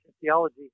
theology